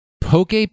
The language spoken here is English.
Poke